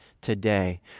today